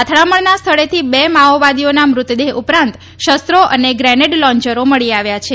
અથડામણના સ્થળેથી બે માઓવાદીઓના મતદેહ ઉપરાંત શમંો અને ગ્રેનેડ લોન્ચરો મળી આવ્યા છે